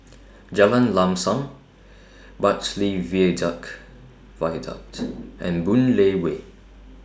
Jalan Lam SAM Bartley Viaduct and Boon Lay Way